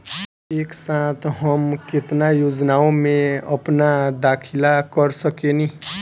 एक साथ हम केतना योजनाओ में अपना दाखिला कर सकेनी?